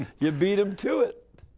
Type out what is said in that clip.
you beat him to it!